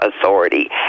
authority